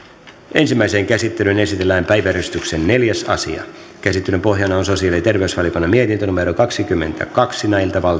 ensimmäiseen käsittelyyn esitellään päiväjärjestyksen neljäs asia käsittelyn pohjana on sosiaali ja terveysvaliokunnan mietintö kaksikymmentäkaksi